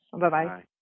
Bye-bye